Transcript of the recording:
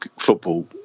football